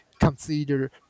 consider